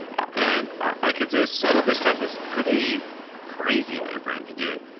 and i could say some of the stuff was pretty crazy what your brain can do.